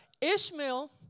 Ishmael